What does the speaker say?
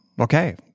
Okay